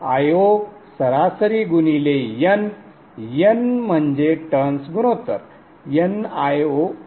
Io सरासरी गुणिले n n म्हणजे टर्न्स गुणोत्तर nIo आहे